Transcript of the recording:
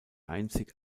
einzig